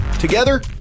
Together